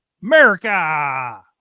America